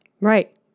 Right